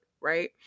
right